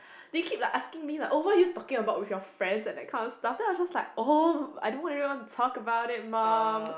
they keep like asking me like oh what're you talking about with friends and that kind of stuff then I was like oh I don't really want to talk about it mom